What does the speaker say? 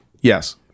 Yes